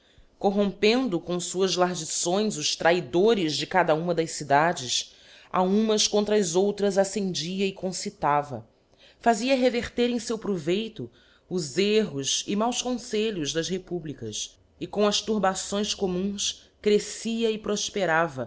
rompendo com fuás largições os traidores de cada u das cidades a umas contra as outras accendia e con tava fazia reverter em feu proveito os erros e rnsius confeihos das republicas e com as turbações communs crefcia e profperava